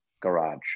garage